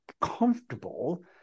comfortable